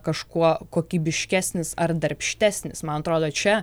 kažkuo kokybiškesnis ar darbštesnis man atrodo čia